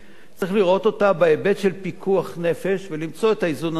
צריך לראות אותה בהיבט של פיקוח נפש ולמצוא את האיזון הנכון.